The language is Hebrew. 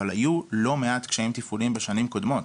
אבל היו לא מעט קשיים תפעוליים בשנים קודמות.